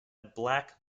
black